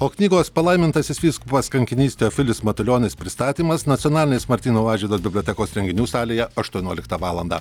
o knygos palaimintasis vyskupas kankinys teofilius matulionis pristatymas nacionalinės martyno mažvydo bibliotekos renginių salėje aštuonioliktą valandą